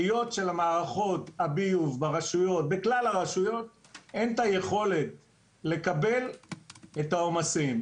היות שלמערכות הביוב בכלל הרשויות אין את היכולת לקבל את העומסים,